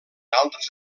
altres